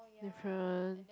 different